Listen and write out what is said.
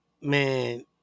man